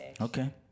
Okay